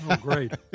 great